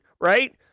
right